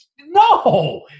no